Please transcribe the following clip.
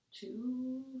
two